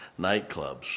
Nightclubs